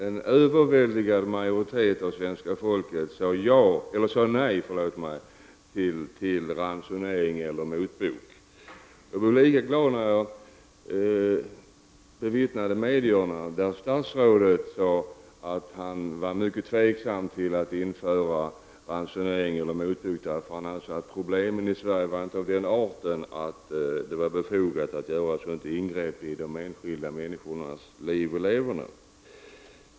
En överväldigande del av svenska folket sade nej till ransonering eller införande av motbok. Jag blev lika glad när jag bevittnade att statsrådet sade att han var mycket tveksam till att införa ransonering eller motbok. Han ansåg att problemen i Sverige inte var av den arten att det var befogat att göra ett sådant ingrepp i de enskilda människornas liv och leverne.